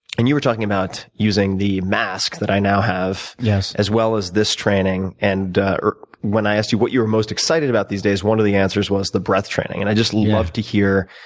and you were talking about using the mask that i now have, as well as this training. and when i asked you what you were most excited about these days, one of the answers was the breath training. and i'd just love to hear